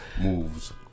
Moves